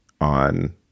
on